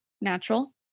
natural